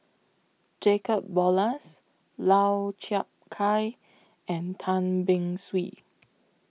Jacob Ballas Lau Chiap Khai and Tan Beng Swee